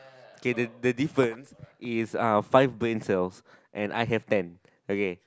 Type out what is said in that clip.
K the the difference is uh five brain cells and I have ten okay